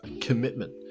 commitment